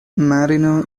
marino